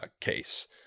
case